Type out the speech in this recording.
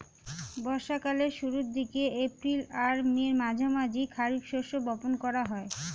বর্ষা কালের শুরুর দিকে, এপ্রিল আর মের মাঝামাঝি খারিফ শস্য বপন করা হয়